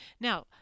Now